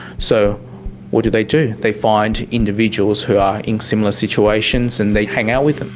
so what do they do? they find individuals who are in similar situations and they hang out with